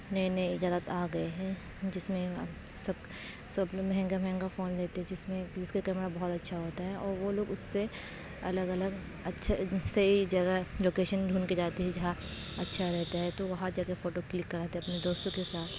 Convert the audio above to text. نئے نئے جگت آ گئے ہے جس میں سب سب مہنگا مہنگا فون لیتے ہیں جس میں جس کا کیمرا بہت اچھا ہوتا ہے اور وہ لوگ اس سے الگ الگ اچھے صحیح جگہ لوکیشن ڈھونڈ کے جاتے ہے جہاں اچھا رہتا ہے تو وہاں جا کے فوٹو کلک کراتے ہیں اپنے دوستوں کے ساتھ